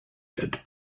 had